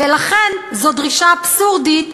ולכן זו דרישה אבסורדית,